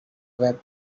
web